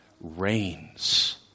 reigns